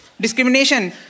discrimination